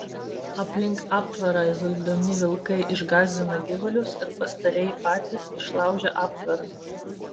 aplink aptvarą zuidami vilkai išgąsdina gyvulius ir pastarieji patys išlaužia aptvarą